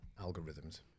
algorithms